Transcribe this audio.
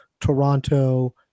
Toronto